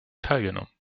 teilgenommen